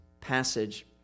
passage